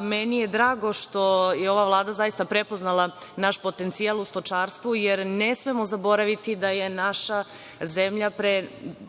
Meni je drago što je ova Vlada zaista prepoznala naš potencijal u stočarstvu, jer ne smemo zaboraviti da je naša zemlja pre par